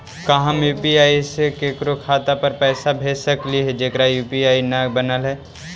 का हम यु.पी.आई से केकरो खाता पर पैसा भेज सकली हे जेकर यु.पी.आई न बनल है?